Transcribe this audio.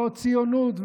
לא ציונות,